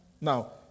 Now